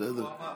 איך הוא אמר?